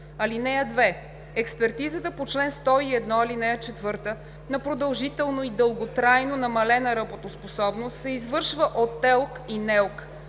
(2) Експертизата по чл. 101, ал. 4 на продължително и дълготрайно намалена работоспособност се извършва от ТЕЛК и НЕЛК.